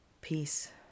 peace